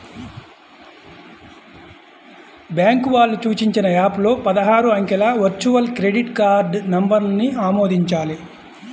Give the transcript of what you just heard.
bank వాళ్ళు సూచించిన app లో పదహారు అంకెల వర్చువల్ క్రెడిట్ కార్డ్ నంబర్ను ఆమోదించాలి